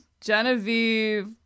Genevieve